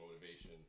motivation